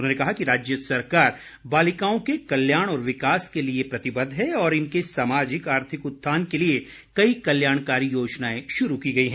उन्होंने कहा कि राज्य सरकार बालिकाओं के कल्याण और विकास के लिए प्रतिबद्ध है और इनके सामाजिक आर्थिक उत्थान के लिए कई कल्याणकारी योजनाएं शुरू की गई हैं